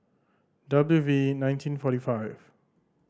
W V nineteen forty five